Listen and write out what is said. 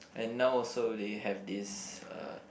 and now also they have this uh